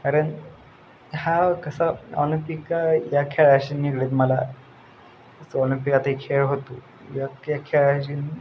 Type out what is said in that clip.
कारण हा कसा ऑलिमपिका या खेळाशी निगडित मला जसं ऑलिम्पिक आता हे खेळ होतो या खेळाची